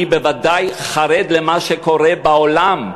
אני בוודאי חרד ממה שקורה בעולם,